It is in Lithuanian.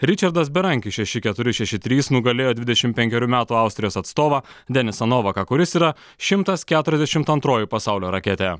ričardas berankis šeši keturi šeši trys nugalėjo dvidešim penkerių metų austrijos atstovą denisą novaką kuris yra šimtas keturiasdešimt antroji pasaulio raketė